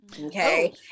Okay